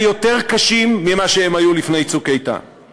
יותר קשים ממה שהם היו לפני "צוק איתן";